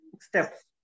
steps